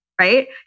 right